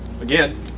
Again